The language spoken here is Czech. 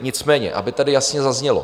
Nicméně aby tady jasně zaznělo...